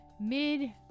mid